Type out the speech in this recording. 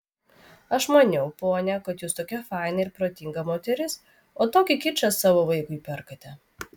aš maniau ponia kad jūs tokia faina ir protinga moteris o tokį kičą savo vaikui perkate